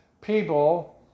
people